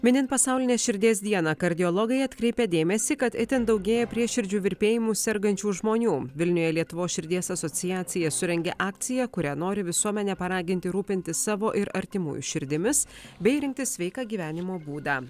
minint pasaulinę širdies dieną kardiologai atkreipia dėmesį kad itin daugėja prieširdžių virpėjimu sergančių žmonių vilniuje lietuvos širdies asociacija surengė akciją kuria nori visuomenę paraginti rūpintis savo ir artimųjų širdimis bei rinktis sveiką gyvenimo būdą